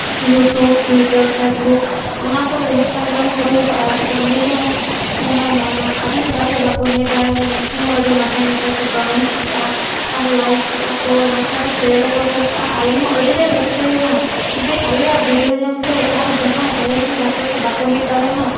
YouTube Twitter Facebook ᱚᱱᱟ ᱠᱚᱨᱮ Instagram ᱠᱚᱨᱮ ᱦᱚᱸᱠᱚ ᱟᱲᱟᱜ ᱠᱮᱜᱼᱟ ᱚᱸᱰᱮ ᱦᱚᱸ ᱡᱟᱦᱟᱸᱭ ᱟᱫᱷᱮᱱ ᱜᱟᱛᱮ ᱵᱟᱠᱚ ᱦᱮᱡᱽ ᱫᱟᱲᱮᱭᱟᱫᱟ ᱩᱱᱠᱩ ᱦᱚᱸ ᱟᱹᱰᱤ ᱱᱟᱯᱟᱭ ᱱᱟᱯᱟᱭ ᱠᱚ ᱠᱚᱢᱮᱱᱴᱥ ᱠᱮᱜᱼᱟ ᱟᱨ ᱞᱟᱭᱤᱠ ᱠᱮᱜᱼᱟ ᱠᱚ ᱚᱱᱟ ᱥᱟᱶᱛᱮ ᱥᱮᱭᱟᱨ ᱦᱚᱸᱠᱚ ᱥᱮᱭᱟᱨ ᱠᱮᱜᱼᱟ ᱟᱨ ᱟᱞᱮᱦᱚᱸ ᱟᱹᱰᱤᱞᱮ ᱨᱟᱹᱥᱠᱟᱹᱭᱮᱱᱟ ᱡᱮ ᱟᱞᱮᱭᱟᱜ ᱵᱷᱤᱰᱭᱳ ᱧᱮᱞᱛᱮ ᱟᱨ ᱡᱟᱦᱟᱸᱭ ᱟᱞᱮᱨᱮᱱ ᱜᱟᱛᱮ ᱠᱚ ᱵᱟᱠᱚ ᱦᱮᱡᱽ ᱫᱟᱲᱮᱭᱟᱫᱼᱟ